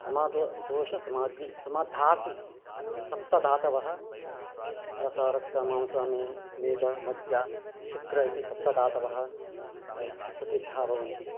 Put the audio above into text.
समदोषः दोषः समाग्नि समधातु सप्तधातवः रसरक्तमांसा मे मेद मज्ज शुक्र इति सप्तधातवः प्रसिद्धाः भवन्ति